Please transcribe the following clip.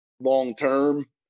long-term